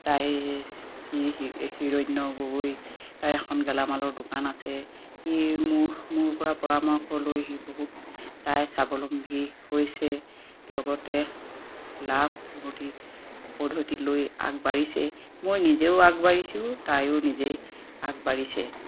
হিৰণ্য গগৈ এখন গেলামালৰ দোকান আছে সি মোৰ মোৰ পৰা পৰামৰ্শলৈ সি বহুত তাই স্বাৱলম্বী হৈছে লগতে লাভ উন্নতি পদ্ধতিলৈ আগবাঢ়িছে মই নিজেও আগবাঢ়িছোঁ তায়ো নিজে আগবাঢ়িছে